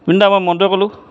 পিনু দা মই মণ্টোৱে ক'লো